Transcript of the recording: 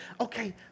Okay